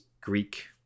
Greek